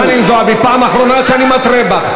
חברת הכנסת חנין זועבי, פעם אחרונה שאני מתרה בך.